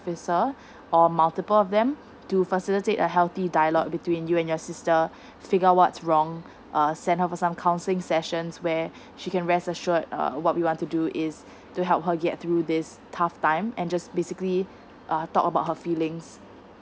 officer or multiple of them to facilitate a healthy dialogue between you and your sister figure out what's wrong err send her for some counseling sessions where she can rest assured err what we want to do is to help her get through this tough time and just basically err talk about her feelings